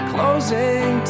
Closing